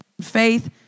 faith